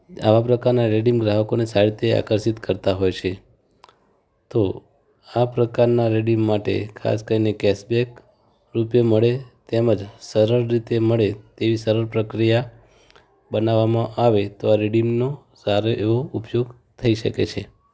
આવા પ્રકારના રીડીમ ગ્રાહકોને સારી રીતે આકર્ષિત કરતાં હોય છે તો આ પ્રકારના રીડીમ માટે ખાસ કરીને કૅશબૅક રૂપે મળે તેમજ સરળ રીતે મળે તેવી સરળ પ્રક્રિયા બનાવવામાં આવે તો આ રીડીમનો સારો એવો ઉપયોગ થઇ શકે છે